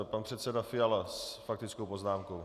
Pan předseda Fiala s faktickou poznámkou.